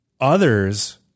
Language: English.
Others